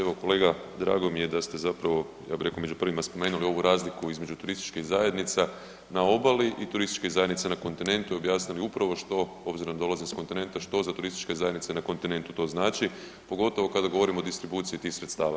Evo kolega drago mi je da ste zapravo ja bi rekao među prvima spomenuli ovu razliku između turističkih zajednica na obali i turističkih zajednica na kontinentu i objasnili upravo što, obzirom da dolazim s kontinenta što za turističke zajednice na kontinentu to znači, pogotovo kada govorimo o distribuciji tih sredstava.